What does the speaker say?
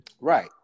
right